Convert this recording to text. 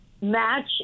Match